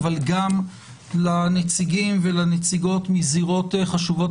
אבל גם לנציגים ולנציגות מזירות חשובות